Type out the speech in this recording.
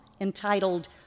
entitled